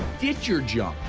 ditch your junk.